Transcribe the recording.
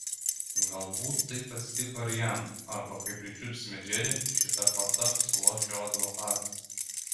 galbūt taip atsitiko ir jam arba kai pričiupsime džerį šita korta suloš jo advokatas